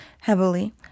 heavily